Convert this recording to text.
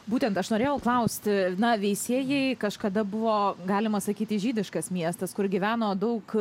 būtent aš norėjau klausti na veisiejai kažkada buvo galima sakyti žydiškas miestas kur gyveno daug